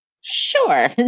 Sure